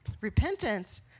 Repentance